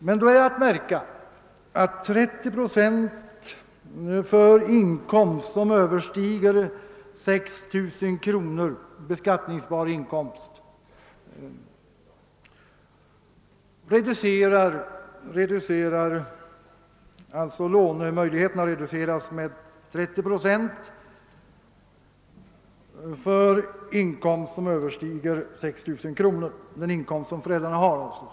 Lånen reduceras med 30 procent på den del av föräldrarnas till statlig inkomstskatt beskattningsbara inkomst som överstiger 6 000 kronor.